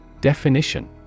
Definition